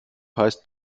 heißt